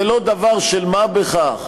זה לא דבר של מה בכך.